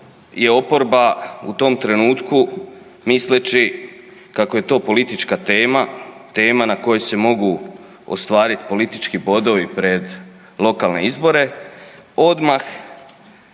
oporba u tom trenutku misleći kako je to politička tema, tema na koju se mogu ostvarit politički bodovi pred lokalne izbore, odmah,